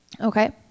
Okay